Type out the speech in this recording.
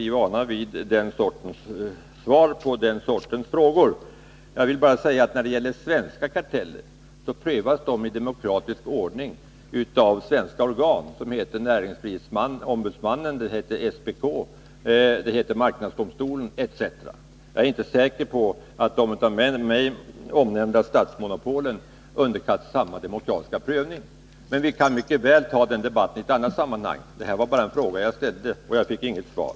Vi är vana vid den sortens svar på den sortens frågor. Jag vill bara säga att svenska karteller prövas i demokratisk ordning av svenska organ, som heter näringsfrihetsombudsmannen, SPK, marknadsdomstolen etc. Jag är inte säker på att de av mig omnämnda statsmonopolen underkastas samma demokratiska prövning. Men vi kan mycket väl ta den debatten i ett annat sammanhang. Detta var bara en fråga som jag ställde, och jag fick inget svar.